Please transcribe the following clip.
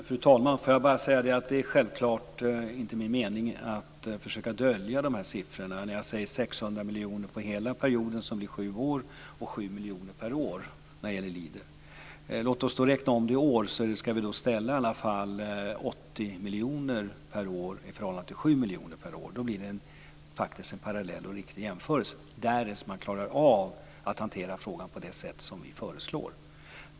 Fru talman! Låt mig bara säga att det självklart inte är min mening att försöka dölja de här siffrorna. Jag säger att det gäller 600 miljoner för hela sjuårsperioden och 7 miljoner per år när det gäller Leader. När vi räknar om det per år ska vi ställa 80 miljoner per år i förhållande till 7 miljoner per år. Det blir en riktig jämförelse, därest man klarar att hantera frågan på det sätt som vi föreslår.